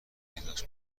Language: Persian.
پیدایش